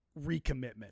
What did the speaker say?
Recommitment